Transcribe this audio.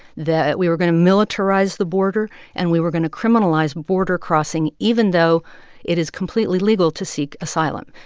that we were going to militarize the border and we were going to criminalize border crossing even though it is completely legal to seek asylum.